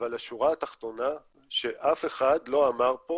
אבל השורה התחתונה היא שאף לא אמר פה